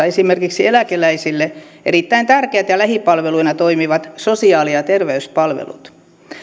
esimerkiksi eläkeläisille erittäin tärkeät ja lähipalveluina toimivat sosiaali ja terveyspalvelut